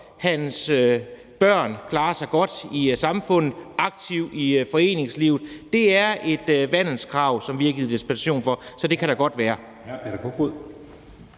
hans børn klarer sig godt i samfundet, og at han er aktiv i foreningslivet. Det er et vandelskrav, som vi har givet dispensation for. Så det kan da godt være.